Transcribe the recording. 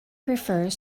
refers